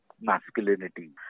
masculinity